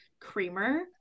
creamer